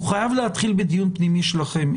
הוא חייב להתחיל בדיון פנימי שלכם.